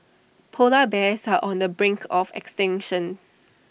Polar Bears are on the brink of extinction